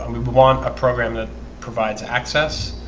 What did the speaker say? we we want a program that provides access